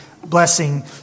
blessing